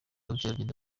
ubukerarugendo